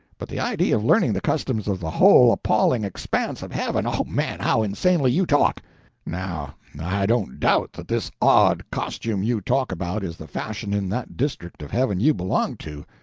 but the idea of learning the customs of the whole appalling expanse of heaven o man, how insanely you talk now i don't doubt that this odd costume you talk about is the fashion in that district of heaven you belong to,